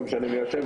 לא משנה מי אשם,